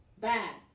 bad